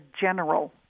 general